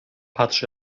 patrz